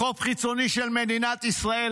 חוב חיצוני של מדינת ישראל,